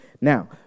Now